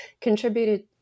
contributed